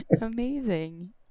Amazing